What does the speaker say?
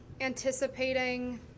anticipating